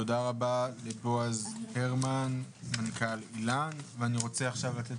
תודה רבה לבועז הרמן מנכ"ל אילן ואני רוצה עכשיו לתת